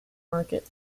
market